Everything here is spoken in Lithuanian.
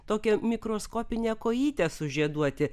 tokią mikroskopinę kojytę sužieduoti